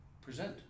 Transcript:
present